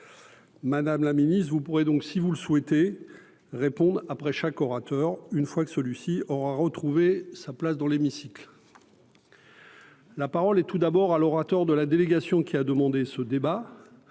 Madame la Ministre, vous pourrez donc si vous le souhaitez répondre après chaque orateur, une fois que celui-ci aura retrouvé sa place dans l'hémicycle. La parole et tout d'abord à l'orateur de la délégation qui a demandé ce débat.